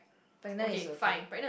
pregnant is okay